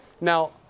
Now